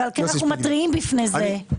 אנחנו מתריעים בפני זה.